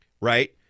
right